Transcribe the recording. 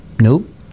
Nope